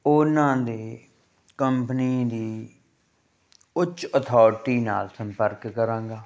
ਉਹਨਾਂ ਦੇ ਕੰਪਨੀ ਦੀ ਉੱਚ ਅਥੋਰਟੀ ਨਾਲ ਸੰਪਰਕ ਕਰਾਂਗਾ